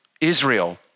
Israel